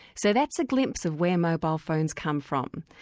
so that's a glimpse of where mobile phones come from.